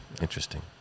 Interesting